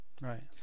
right